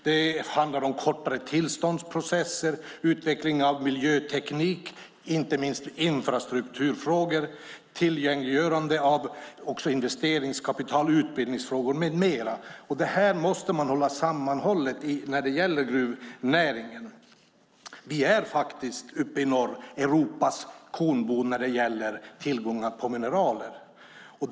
Det handlar om kortare tillståndsprocesser, utveckling av miljöteknik, inte minst infrastrukturfrågor, tillgängliggörande av investeringskapital, utbildningsfrågor med mera. Detta måste man ha sammanhållet när det gäller gruvnäringen. Vi är uppe i norr Europas kornbod när det gäller tillgångar på mineraler.